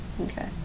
okay